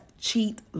cheat